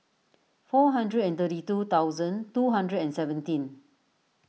four hundred and thirty two thousand two hundred and seventeen